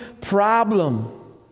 problem